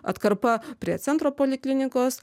atkarpa prie centro poliklinikos